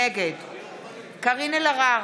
נגד קארין אלהרר,